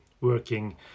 working